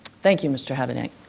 thank you, mr. habedank.